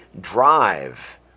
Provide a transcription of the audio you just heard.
drive